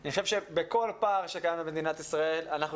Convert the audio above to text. אני חושב שבכל פער שקיים במדינת ישראל אנחנו